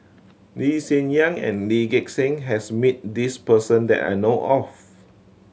Lee Hsien Yang and Lee Gek Seng has meet this person that I know of